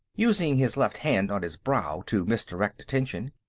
using his left hand, on his brow, to misdirect attention.